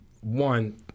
one